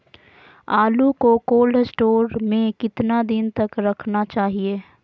आलू को cold store में कितना दिन तक रखना चाहिए?